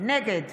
נגד